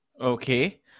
Okay